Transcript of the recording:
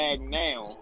now